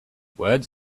words